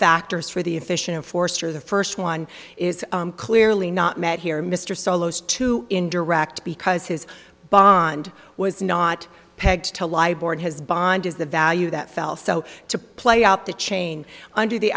factors for the efficient force or the first one is clearly not met here mr solo's too indirect because his bond was not pegged to lie board his bond is the value that fell so to play out the chain under the